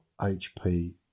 HP